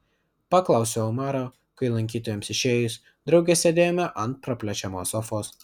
paklausiau omaro kai lankytojams išėjus drauge sėdėjome ant praplečiamos sofos